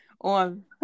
on